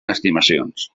estimacions